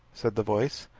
said the voice.